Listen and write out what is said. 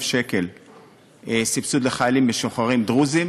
שקל סבסוד לחיילים משוחררים דרוזים,